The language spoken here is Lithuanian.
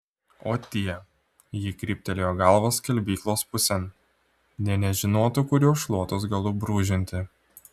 o tie ji kryptelėjo galva skalbyklos pusėn nė nežinotų kuriuo šluotos galu brūžinti